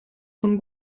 von